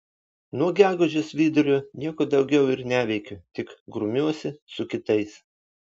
nuo gegužės vidurio nieko daugiau ir neveikiu tik grumiuosi su kitais